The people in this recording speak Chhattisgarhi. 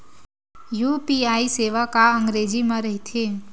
यू.पी.आई सेवा का अंग्रेजी मा रहीथे?